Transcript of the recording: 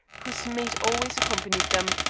whose maid always accompanied them,